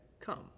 come